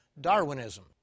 Darwinism